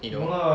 you know